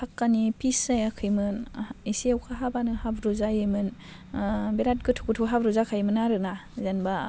पाक्कानि पिज जायाखैमोन एसे अखा हाबानो हाब्रु जायोमोन बेराद गोथौ गोथौ हाब्रु जाखायोमोन आरो ना जेन'बा